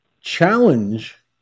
challenge